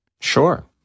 Sure